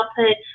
output